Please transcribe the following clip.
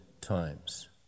times